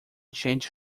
changed